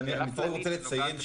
אבל אני רק רוצה לציין,